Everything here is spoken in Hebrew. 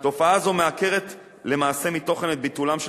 תופעה זו מעקרת למעשה מתוכן את ביטולם של